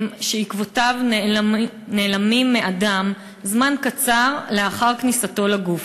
שעקבותיו נעלמים מהדם זמן קצר לאחר כניסתו לגוף,